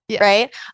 Right